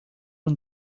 una